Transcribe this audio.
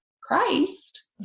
Christ